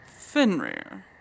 Finrear